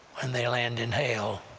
when they land in hell.